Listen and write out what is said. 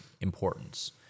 importance